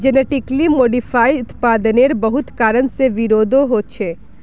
genetically modified उत्पादेर बहुत कारण से विरोधो होछे